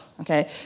Okay